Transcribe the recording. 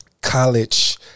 College